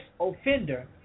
offender